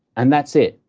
and that's it.